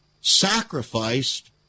Sacrificed